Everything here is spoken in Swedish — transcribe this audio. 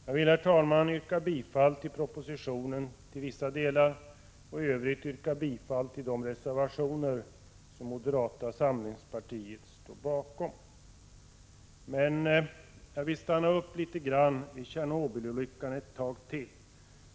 Jag yrkar, herr talman, bifall till propositionen till vissa delar och i övrigt bifall till de reservationer som moderata samlingspartiet står bakom. Jag vill stanna upp vid Tjernobylolyckan ett tag till.